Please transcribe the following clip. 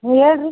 ಹೇಳಿ ರೀ